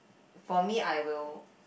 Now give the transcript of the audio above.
for me I will